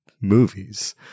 movies